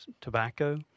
tobacco